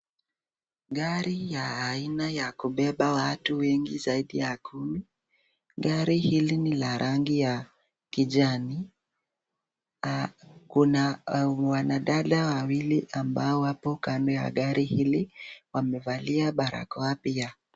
Gari ya aina ya kubeba watu wengi zaidi ya kumi . Gari hili ni la rangi ya kijani . Kuna wanadada wawili ambao wapo kando ya gari hili . Wamevalia barakoa pia .